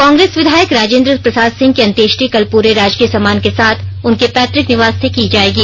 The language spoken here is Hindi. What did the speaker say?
कांग्रेस विधायक राजेन्द्र प्रसाद सिंह की अंत्येष्टि कल पूरे राजकीय सम्मान के साथ उनके पैत्रिक निवास से की जायेगी